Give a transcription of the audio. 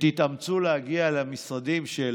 ותתאמצו להגיע למשרדים של